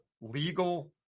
legal